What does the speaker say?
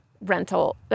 rental